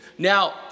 Now